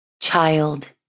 child